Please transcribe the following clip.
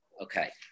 Okay